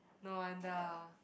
no wonder